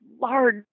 large